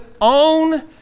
own